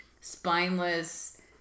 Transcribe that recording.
spineless